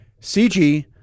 CG